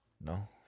No